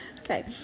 Okay